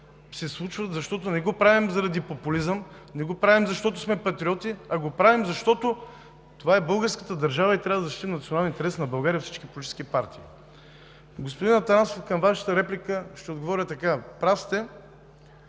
се случват, защото не го правим заради популизъм, не го правим, защото сме патриоти, а го правим, защото това е българската държава и трябва да защитим националния интерес на България от всички политически партии. Господин Атанасов, към Вашата реплика ще отговаря така: прав сте,